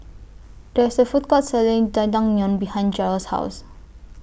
There IS A Food Court Selling Jajangmyeon behind Jerrell's House